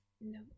No